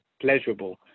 pleasurable